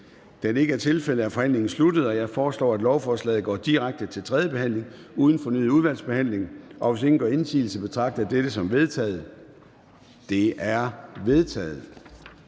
det ikke er tilfældet, er forhandlingen sluttet. Jeg foreslår, at lovforslaget går direkte til tredje behandling uden fornyet udvalgsbehandling, og hvis ingen gør indsigelse, betragter jeg dette som vedtaget. Det er vedtaget.